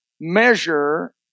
measure